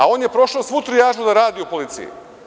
A on je prošao svu trijažu da radi u policiji.